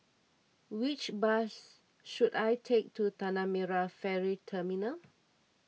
which bus should I take to Tanah Merah Ferry Terminal